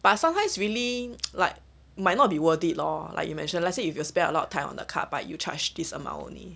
but sometimes really like might not be worth it lor like you mentioned let say if you spend a lot of time on the card but you charge this amount only